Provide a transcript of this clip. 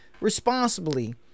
responsibly